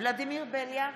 ולדימיר בליאק,